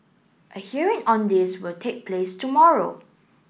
a hearing on this will take place tomorrow